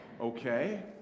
Okay